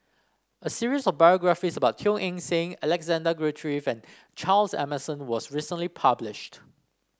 a series of biographies about Teo Eng Seng Alexander Guthrie Fan Charles Emmerson was recently published